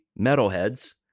metalheads